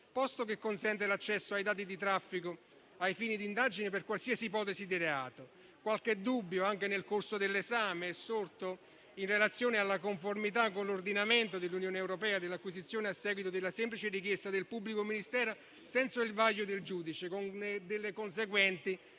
posto che consente l'accesso ai dati di traffico ai fini di indagine per qualsiasi ipotesi di reato. Qualche dubbio, anche nel corso dell'esame, è sorto in relazione alla conformità con l'ordinamento dell'Unione europea dell'acquisizione, a seguito della semplice richiesta del pubblico ministero, senza il vaglio del giudice, con le conseguenti